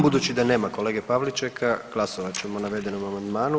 Budući da nema kolege Pavličeka glasovat ćemo o navedenom amandmanu.